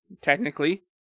technically